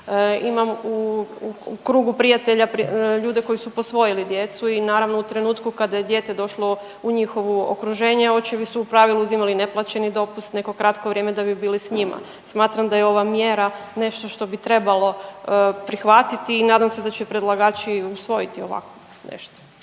Imam u krugu prijatelja ljude koji su posvojili djecu i naravno u trenutku kada je dijete došlo u njihovo okruženje očevi su u pravilu uzimali neplaćeni dopust neko kratko vrijeme da bi bili s njima. Smatram da je ova mjera nešto što bi trebalo prihvatiti i nadam se da će predlagači usvojiti ovakvo nešto.